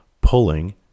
pulling